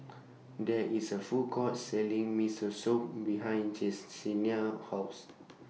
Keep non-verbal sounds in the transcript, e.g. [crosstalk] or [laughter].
There IS A Food Court Selling Miso Soup behind Jessenia's House [noise]